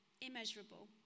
immeasurable